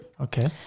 Okay